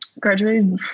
graduated